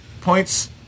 points